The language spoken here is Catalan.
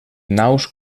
naus